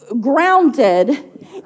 grounded